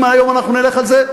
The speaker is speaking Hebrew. אם מהיום אנחנו נלך על זה,